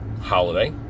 holiday